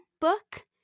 book